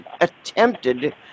attempted